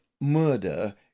murder